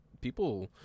people